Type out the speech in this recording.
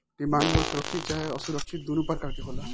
demand loan सुरक्षित चाहे असुरक्षित दुनो प्रकार के होला